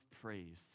praise